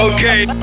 Okay